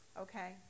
okay